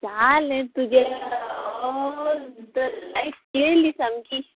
जालें तुगेलें तुवें लायफ केली सामकी